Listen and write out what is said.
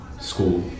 school